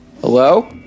Hello